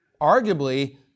arguably